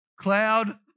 cloud